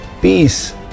peace